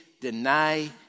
deny